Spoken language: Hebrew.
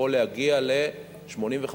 יכול להגיע ל-85%.